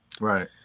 Right